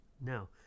Now